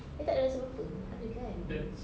dia tak ada rasa apa-apa ada kan